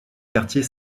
quartier